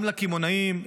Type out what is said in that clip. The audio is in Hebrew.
גם לקמעונאים,